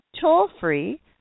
toll-free